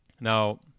Now